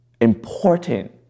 important